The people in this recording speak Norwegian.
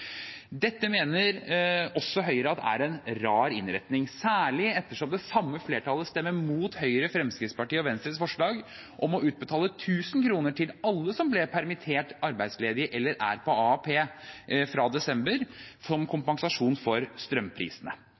Dette mener også Høyre at er en rar innretning, særlig ettersom det samme flertallet stemmer mot Høyre, Fremskrittspartiet og Venstres forslag om å utbetale 1 000 kr til alle som ble permittert, arbeidsledig eller er på AAP fra desember, som kompensasjon for strømprisene.